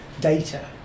data